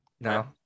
no